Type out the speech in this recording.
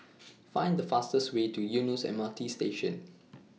Find The fastest Way to Eunos M R T Station